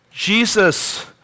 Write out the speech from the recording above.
Jesus